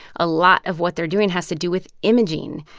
a lot of what they're doing has to do with imaging,